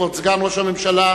כבוד סגן ראש הממשלה,